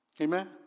Amen